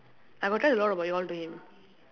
I got tell a lot about you all to him